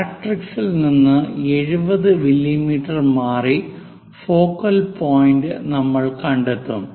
ഡയറക്ട്രിക്സിൽ നിന്ന് 70 മില്ലീമീറ്റർ മാറി focal point നമ്മൾ കണ്ടെത്തും